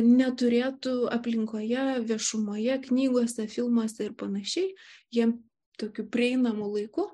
neturėtų aplinkoje viešumoje knygose filmuose ir panašiai jie tokiu prieinamu laiku